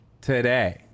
today